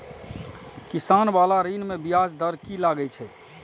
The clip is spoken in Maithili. किसान बाला ऋण में ब्याज दर कि लागै छै?